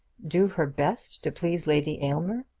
do her best to please lady aylmer!